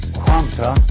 quanta